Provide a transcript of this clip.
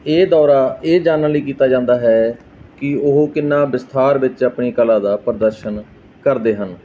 ਇਹ ਦੌਰਾ ਇਹ ਜਾਣਨ ਲਈ ਕੀਤਾ ਜਾਂਦਾ ਹੈ ਕਿ ਉਹ ਕਿੰਨਾ ਵਿਸਥਾਰ ਵਿੱਚ ਆਪਣੀ ਕਲਾ ਦਾ ਪ੍ਰਦਰਸ਼ਨ ਕਰਦੇ ਹਨ